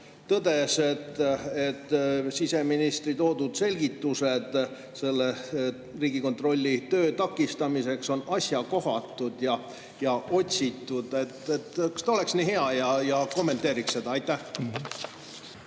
tõdes, on siseministri toodud selgitused Riigikontrolli töö takistamise kohta asjakohatud ja otsitud. Kas te oleks nii hea ja kommenteeriks seda? Aitäh!